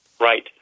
Right